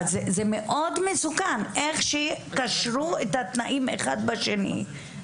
זה מאוד מסוכן, איך שקשרו את התנאים אחד בשני.